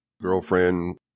Girlfriend